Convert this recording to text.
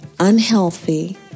unhealthy